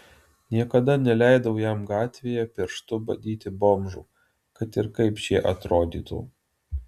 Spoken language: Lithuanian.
niekada neleidau jam gatvėje pirštu badyti bomžų kad ir kaip šie atrodytų